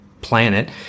planet